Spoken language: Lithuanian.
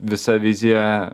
visa vizija